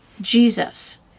Jesus